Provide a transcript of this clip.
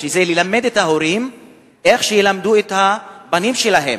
שזה ללמד את ההורים איך הם ילמדו את הבנים שלהם.